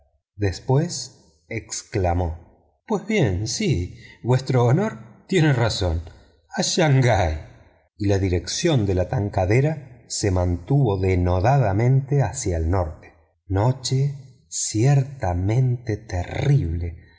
después exclamó pues bien sí vuestro honor tiene razón a shangai y la dirección de la tankadera se mantuvo denodadamente hacia el norte noche ciertamente terrible